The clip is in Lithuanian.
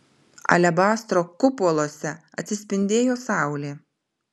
alebastro kupoluose atsispindėjo saulė